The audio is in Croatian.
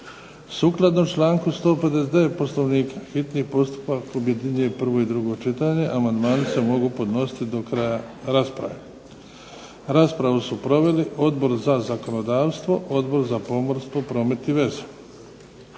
Sukladno članku 159. Poslovnika hitni postupak objedinjuje prvo i drugo čitanje. Amandmani se mogu podnositi do kraja rasprave. Raspravu su proveli Odbor za zakonodavstvo, Odbor za pomorstvo, promet i veze.